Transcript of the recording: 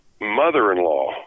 mother-in-law